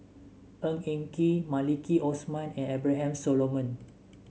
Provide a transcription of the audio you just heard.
Ng Eng Kee Maliki Osman and Abraham Solomon